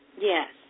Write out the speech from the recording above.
Yes